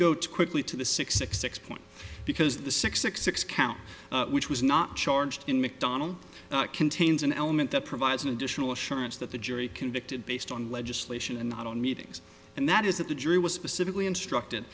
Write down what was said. to quickly to the six six six point because the six count which was not charged in mcdonald it contains an element that provides an additional assurance that the jury convicted based on legislation and not on meetings and that is that the jury was specifically instructed